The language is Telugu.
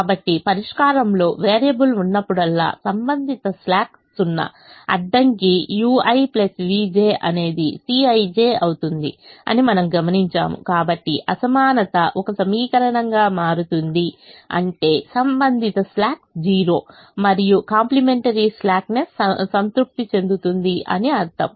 కాబట్టి పరిష్కారంలో వేరియబుల్ ఉన్నప్పుడల్లా సంబంధిత స్లాక్ 0 అడ్డంకి ui vj అనేది Cij అవుతుంది అని మనం గమనించాము కాబట్టి అసమానత ఒక సమీకరణంగా మారుతుంది అంటే సంబంధిత స్లాక్ 0 మరియు కాంప్లిమెంటరీ స్లాక్ నెస్ సంతృప్తి చెందుతుంది అని అర్థం